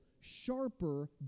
sharper